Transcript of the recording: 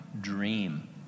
dream